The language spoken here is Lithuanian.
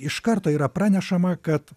iš karto yra pranešama kad